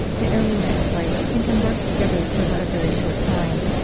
they only met twice, and conversed together for but a very short time.